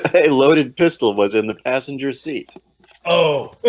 ah a loaded pistol was in the passenger seat oh